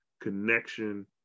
connection